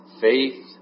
faith